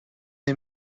نمی